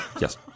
Yes